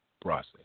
process